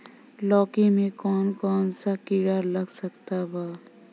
लौकी मे कौन कौन सा कीड़ा लग सकता बा?